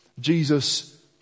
Jesus